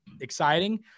exciting